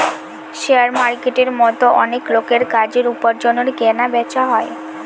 share মার্কেটের মতো অনেক লোকের কাজের, উপার্জনের কেনা বেচা হয়